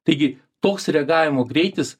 taigi toks reagavimo greitis